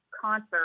concert